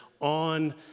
on